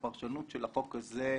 הפרשנות של החוק הזה,